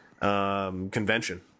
convention